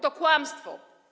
To kłamstwo!